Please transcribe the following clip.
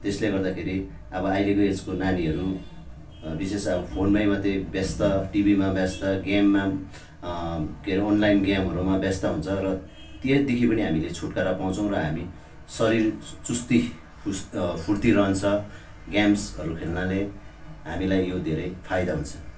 त्यसले गर्दाखेरि अब अहिलेको एजको नानीहरू विशेष अब फोनमा मात्र व्यस्त टिभीमा व्यस्त गेममा के रे अनलाइनमा गेमहरूमा व्यस्त हुन्छ र त्यहाँदेखि पनि हामीले छुटकारा पाउँछौँ र हामी शरीर चुस्ती र फुर्ती रहन्छ गेम्सहरू खेल्नाले हामीलाई यो धेरै फाइदा हुन्छ